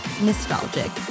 nostalgic